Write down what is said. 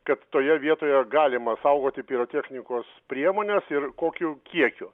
kad toje vietoje galima saugoti pirotechnikos priemones ir kokiu kiekiu